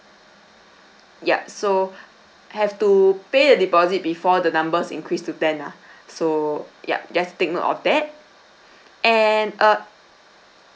yup so have to pay the deposit before the numbers increase to ten lah so yup just take note of that and uh